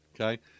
Okay